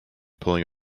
pulling